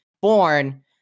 born